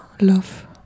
Love